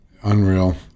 Unreal